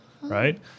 right